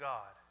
God